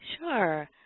Sure